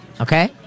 okay